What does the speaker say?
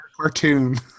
cartoon